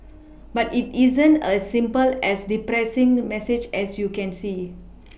but it isn't as simple as depressing message as you can see